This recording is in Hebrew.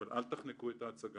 אבל אל תחנקו את ההצגה.